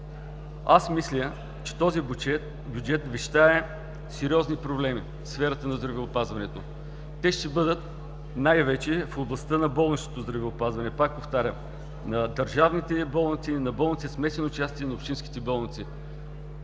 Мисля, че този бюджет вещае сериозни проблеми в сферата на здравеопазването. Те ще бъдат най-вече в областта на болничното здравеопазване – на държавните болници, на болници със смесено участие и на общинските болници.